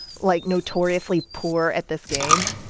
like, notoriously poor at this game.